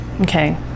Okay